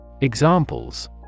Examples